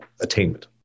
attainment